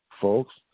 folks